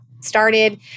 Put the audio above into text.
started